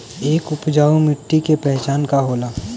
एक उपजाऊ मिट्टी के पहचान का होला?